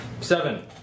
Seven